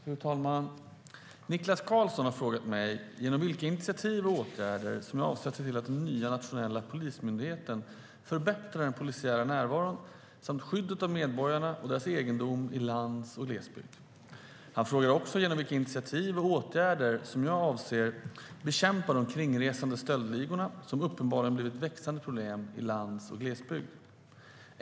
Fru talman! Niklas Karlsson har frågat mig genom vilka initiativ och åtgärder som jag avser att se till att den nya nationella Polismyndigheten förbättrar den polisiära närvaron samt skyddet av medborgarna och deras egendom i lands och glesbygd. Han frågar också genom vilka initiativ och åtgärder som jag avser att bekämpa de kringresande stöldligor som uppenbarligen har blivit ett växande problem i lands och glesbygd.